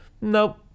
Nope